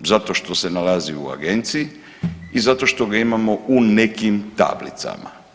zato što se nalazi u agenciji i zato što ga imamo u nekim tablicama.